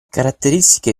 caratteristiche